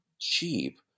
cheap